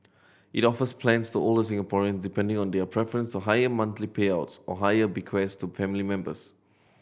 it offers plans to older Singaporean depending on their preference to higher monthly payouts or higher bequests to family members